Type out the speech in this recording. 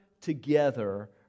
together